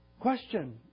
Question